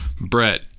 Brett